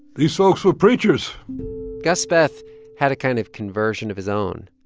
these folks were preachers gus speth had a kind of conversion of his own.